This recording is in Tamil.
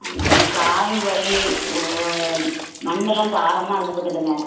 கொஞ்சம் கால் வலி மண்டைலாம் பாரமாக இருக்குது பாத்துக்குங்க